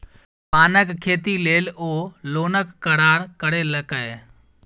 पानक खेती लेल ओ लोनक करार करेलकै